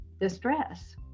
distress